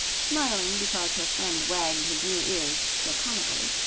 smiling because her friend wagged his new ears so comically.